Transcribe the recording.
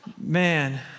Man